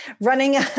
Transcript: running